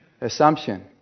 assumption